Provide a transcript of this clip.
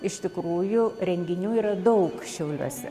iš tikrųjų renginių yra daug šiauliuose